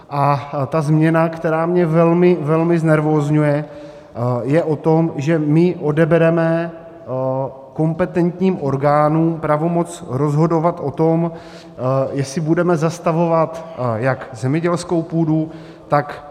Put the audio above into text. A ta změna, která mě velmi, velmi znervózňuje, je o tom, že my odebereme kompetentním orgánům pravomoc rozhodovat o tom, jestli budeme zastavovat jak zemědělskou půdu, tak lesy, lesní půdu.